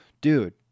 dude